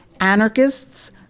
anarchists